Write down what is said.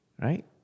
Right